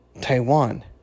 Taiwan